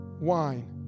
wine